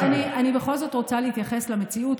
אני בכל זאת רוצה להתייחס למציאות,